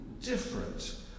different